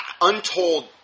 untold